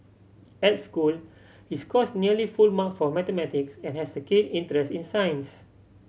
at school he scores nearly full mark for mathematics and has a keen interest in science